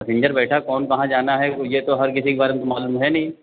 passenger बैठा है कौन कहाँ जाना है ये तो हर किसी के बारे में मालूम तो है नहीं